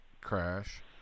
crash